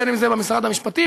בין שזה במשרד המשפטים,